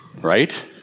right